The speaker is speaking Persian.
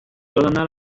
یادم